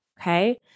okay